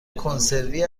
کنسروی